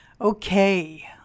Okay